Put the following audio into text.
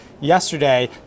yesterday